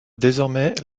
désormais